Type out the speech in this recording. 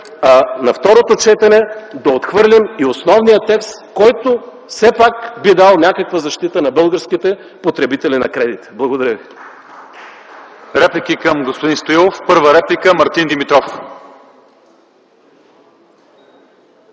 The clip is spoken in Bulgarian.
а на второто четене да отхвърлим и основния текст, който все пак би дал някаква защита на българските потребители на кредити. Благодаря Ви.